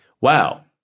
wow